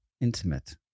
intimate